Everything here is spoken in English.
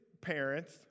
parents